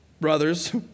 brothers